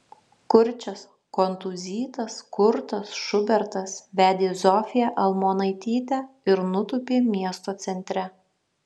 kurčias kontūzytas kurtas šubertas vedė zofiją almonaitytę ir nutūpė miesto centre